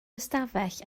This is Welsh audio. ystafell